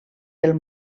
del